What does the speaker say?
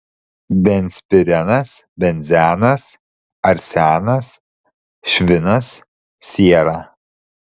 benzpirenas benzenas arsenas švinas siera